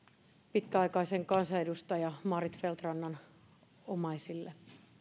pitkäaikaisen kansanedustajan maarit feldt rannan omaisille